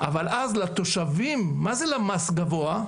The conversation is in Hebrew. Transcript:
אבל אז לתושבים מה זה למ"ס גבוה,